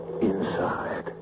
inside